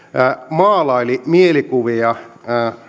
maalaili mielikuvia